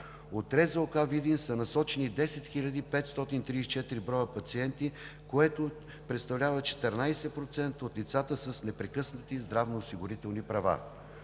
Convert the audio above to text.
каса – Видин, са насочени 10 хиляди 534 пациенти, което представлява 14% от лицата с непрекъснати здравно осигурителни права;